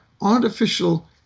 artificial